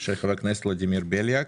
התשפ״א-2021 של חבר הכנסת ולדימיר בליאק.